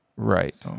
Right